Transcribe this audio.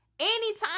Anytime